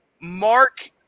Mark